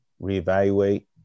reevaluate